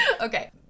Okay